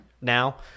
now